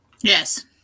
Yes